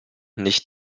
nicht